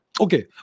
Okay